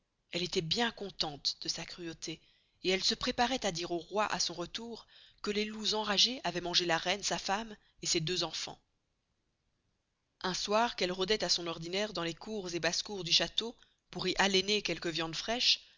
elle estoit bien contente de sa cruauté et elle se préparoit à dire au roy à son retour que des loups enragez avoient mangé la reine sa femme et ses deux enfans un soir qu'elle rodoit à son ordinaire dans les cours et basses-cours du chasteau pour y halener quelque viande fraische